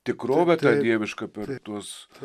tikrovę tą dievišką per tuos